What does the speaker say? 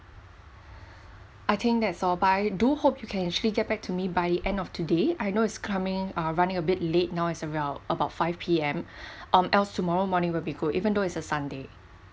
I think that's all but I do hope you can actually get back to me by the end of today I know is coming uh running a bit late now is around about five P_M um else tomorrow morning will be good even though is a sunday